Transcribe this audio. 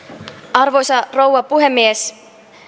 arvoisa rouva puhemies